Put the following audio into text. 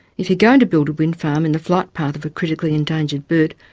if you're going to build a wind farm in the flight path of a critically endangered bird,